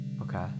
okay